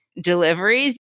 deliveries